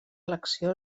elecció